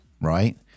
Right